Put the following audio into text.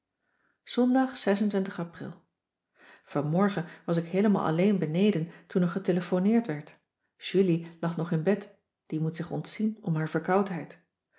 ondag pril anmorgen was ik heelemaal alleen beneden toen er getelefoneerd werd julie lag nog in bed die moet zich ontzien om haar verkoudheid